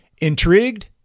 Intrigued